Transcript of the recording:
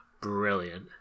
brilliant